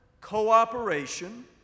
cooperation